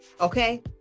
Okay